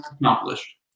accomplished